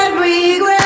regret